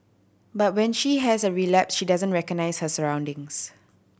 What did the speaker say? but when she has a relapse she doesn't recognise her surroundings